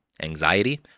anxiety